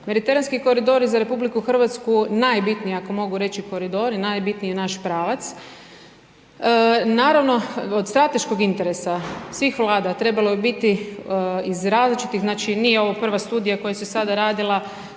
Mediteranski koridor za RH najbitniji, ako mogu reći, koridor i najbitniji naš pravac. Naravno, od strateškog interesa svih vlada trebalo bi biti iz različitih, znači, nije ovo prva studija koja se sada radila,